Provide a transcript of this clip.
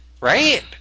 Right